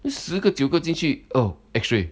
十个九个进去 oh x-ray